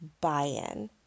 buy-in